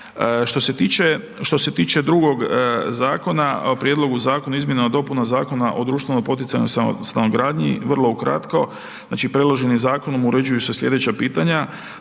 Što se tiče 2. zakona o Prijedlogu zakona o izmjenama i dopunama Zakona o društveno poticajnoj stanogradnji, vrlo ukratko, znači, predloženim zakonom uređuju se sljedeća pitanja,